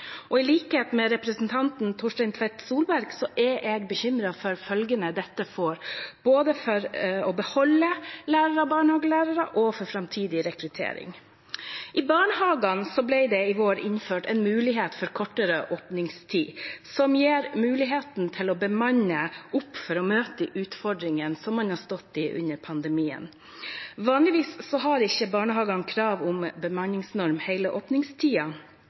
I likhet med representanten Torstein Tvedt Solberg er jeg bekymret for følgene dette får, både for å beholde lærere og barnehagelærere og for framtidig rekruttering. I barnehagene ble det i vår innført en mulighet for kortere åpningstid, som gir muligheten til å bemanne opp for å møte de utfordringene som man har stått i under pandemien. Vanligvis har ikke barnehagene krav om bemanningsnorm